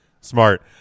smart